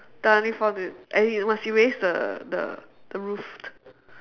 done we found it and you must erase the the the roof